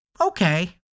okay